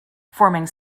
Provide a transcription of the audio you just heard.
forming